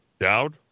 Dowd